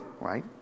right